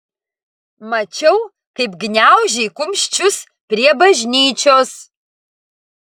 mačiau kaip gniaužei kumščius prie bažnyčios